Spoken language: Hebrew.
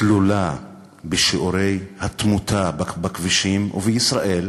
תלולה בשיעורי התמותה בכבישים, וישראל,